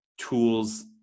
tools